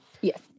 Yes